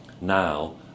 now